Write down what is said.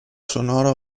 sonoro